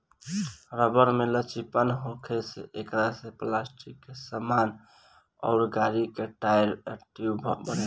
rubber में लचीलापन होखे से एकरा से पलास्टिक के सामान अउर गाड़ी के टायर आ ट्यूब बनेला